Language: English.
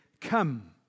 come